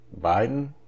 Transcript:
Biden